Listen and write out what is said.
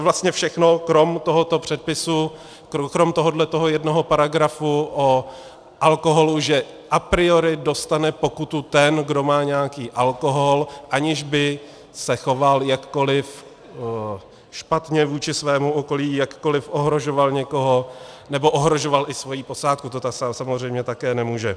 Vlastně všechno, krom tohoto předpisu, krom tohoto jednoho paragrafu o alkoholu, že a priori dostane pokutu ten, kdo má nějaký alkohol, aniž by se choval jakkoliv špatně vůči svému okolí, jakkoliv ohrožoval někoho nebo ohrožoval i svoji posádku, to samozřejmě také nemůže.